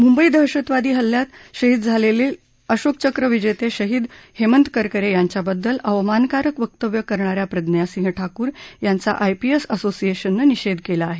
मुंबई दहशतवादी हल्ल्यात शहीद झालेले अशोकचक्र विजेते शहीद हेमंत करकरे यांच्याबद्दल अवमानकारक वक्तव्य करणा या प्रज्ञा सिंह ठाकूर यांचा आयपीएस असोसिएशनं निषेध केला आहे